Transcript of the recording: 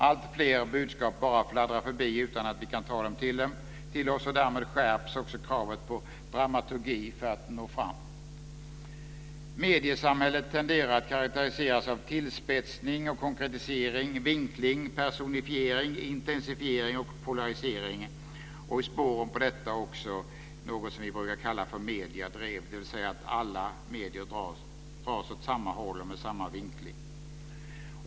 Alltfler budskap bara fladdrar förbi utan att vi kan ta dem till oss, och därmed skärps kravet på dramaturgi för att nå fram. Mediesamhället tenderar att karakteriseras av tillspetsning och konkretisering, vinkling, personifiering, intensifiering och polarisering, och i spåren på detta också någonting som vi brukar kalla mediedrev, dvs. att alla medier dras åt samma håll och med samma vinkling.